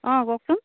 অঁ কওকচোন